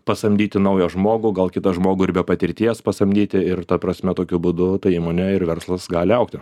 pasamdyti naują žmogų gal kitą žmogų ir be patirties pasamdyti ir ta prasme tokiu būdu ta įmonė ir verslas gali augti